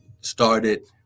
started